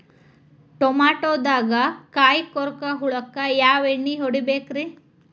ಟಮಾಟೊದಾಗ ಕಾಯಿಕೊರಕ ಹುಳಕ್ಕ ಯಾವ ಎಣ್ಣಿ ಹೊಡಿಬೇಕ್ರೇ?